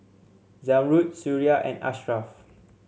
Zamrud Suria and Ashraff